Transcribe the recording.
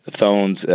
phones